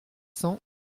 cents